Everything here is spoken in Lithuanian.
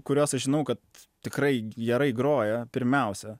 kuriuos aš žinau kad tikrai gerai groja pirmiausia